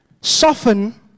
soften